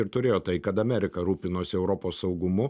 ir turėjo tai kad amerika rūpinosi europos saugumu